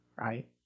right